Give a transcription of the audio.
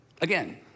Again